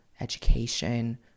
education